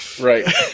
Right